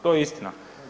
To je istina.